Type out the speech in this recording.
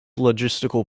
logistical